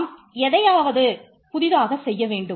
நாம் ஏதாவது புதிதாக செய்ய வேண்டும்